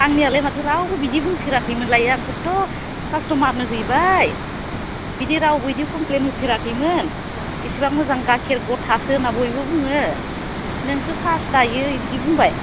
आंनियालाय माथो रावबो बिदि बुंफेराखैमोनलाय आं खथ' कास्टमारनो हैबाय बिदि रावबो बिदि कमफ्लेन्ट होफेराखैमोन इसिबां मोजां गाखिर गथासो होनना बयबो बुङो नोंसो फार्स्ट दायो बिदि बुंबाय